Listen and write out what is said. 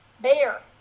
bear